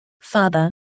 Father